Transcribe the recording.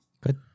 Good